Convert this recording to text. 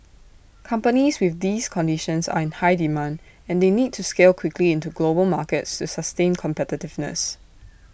companies with these conditions are in high demand and they need to scale quickly into global markets to sustain competitiveness